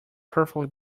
perfectly